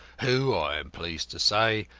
who, i am pleased to say,